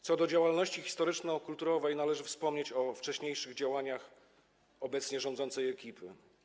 Co do działalności historyczno-kulturowej, to należy wspomnieć o wcześniejszych działaniach obecnie rządzącej ekipy.